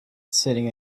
sitting